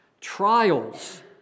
Trials